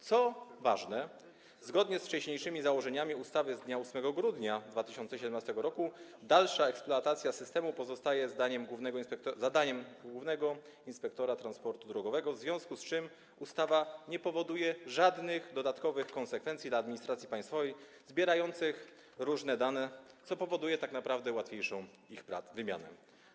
Co ważne, zgodnie z wcześniejszymi założeniami ustawy z dnia 8 grudnia 2017 r. dalsza eksploatacja systemu pozostaje zadaniem głównego inspektora transportu drogowego, w związku z czym ustawa nie wywołuje żadnych dodatkowych konsekwencji dla administracji państwowej zbierającej różne dane, co powoduje tak naprawdę łatwiejszą ich wymianę.